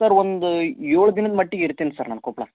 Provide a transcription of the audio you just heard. sir ಒಂದು ಏಳು ದಿನದ ಮಟ್ಟಿಗೆ ಇರ್ತೀನಿ ಸರ್ ನಾನು ಕೊಪ್ಪಳ